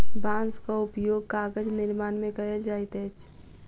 बांसक उपयोग कागज निर्माण में कयल जाइत अछि